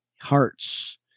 hearts